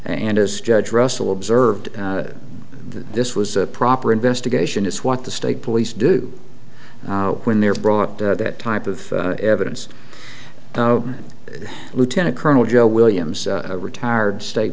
and as judge russell observed that this was a proper investigation it's what the state police do when they're brought that type of evidence lieutenant colonel joe williams a retired state